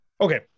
Okay